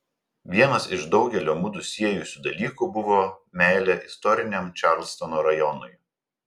vienas iš daugelio mudu siejusių dalykų buvo meilė istoriniam čarlstono rajonui